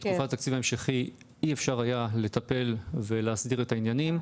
בתקופת התקציב ההמשכי אי אפשר היה לטפל ולהסדיר את העניינים.